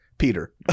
peter